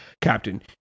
Captain